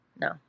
no